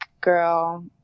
girl